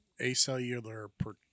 acellular